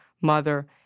mother